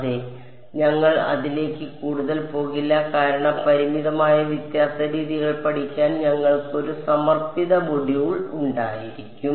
അതെ ഞങ്ങൾ ഇതിലേക്ക് കൂടുതൽ പോകില്ല കാരണം പരിമിതമായ വ്യത്യാസ രീതികൾ പഠിക്കാൻ ഞങ്ങൾക്ക് ഒരു സമർപ്പിത മൊഡ്യൂൾ ഉണ്ടായിരിക്കും